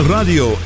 Radio